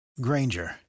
Granger